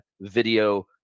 video